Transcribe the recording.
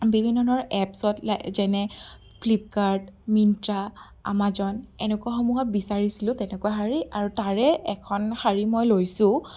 বিভিন্ন ধৰণৰ এপ্ছত যেনে ফ্লিপকাৰ্ট মিন্ত্ৰা আমাজন এনেকুৱা সমূহত বিচাৰিছিলোঁ তেনেকুৱা শাৰী আৰু তাৰে এখন শাৰী মই লৈছোঁ